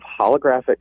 holographic